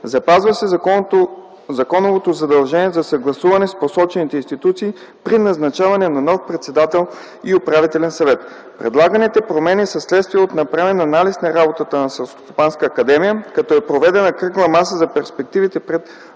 Запазва се законовото задължение за съгласуване с посочените институции при назначаване на нов председател и управителен съвет. Предлаганите промени са следствие от направен анализ на работата на Селскостопанската академия, като е проведена кръгла маса за перспективите пред